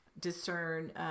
discern